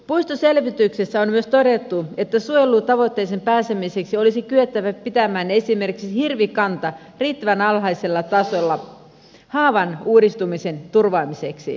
puistoselvityksessä on myös todettu että suojelutavoitteeseen pääsemiseksi olisi kyettävä pitämään esimerkiksi hirvikanta riittävän alhaisella tasolla haavan uudistumisen turvaamiseksi